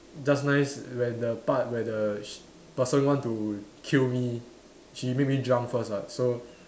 just nice when the part where the sh~ person want to kill me she make me drunk first what so